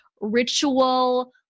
ritual